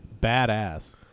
badass